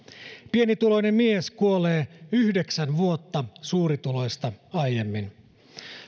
pienituloinen mies kuolee yhdeksän vuotta suurituloista aiemmin